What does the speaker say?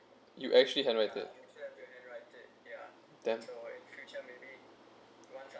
you actually highlighted then